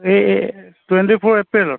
এই twenty four এপ্ৰিলত